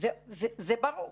זה ברור.